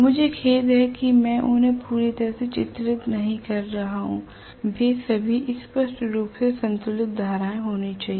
मुझे खेद है कि मैं उन्हें पूरी तरह से चित्रित नहीं कर रहा हूं वे सभी स्पष्ट रूप से संतुलित धाराएं होनी चाहिए